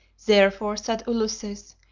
therefore, said ulysses,